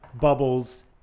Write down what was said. bubbles